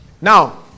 Now